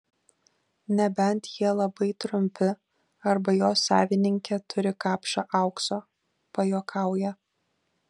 nebent jie labai trumpi arba jo savininkė turi kapšą aukso pajuokauja